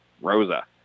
Rosa